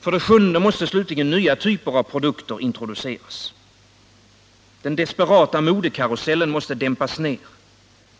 För det sjunde måste nya typer av produkter introduceras. Den desperata modekarusellen måste dämpas ner.